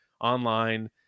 online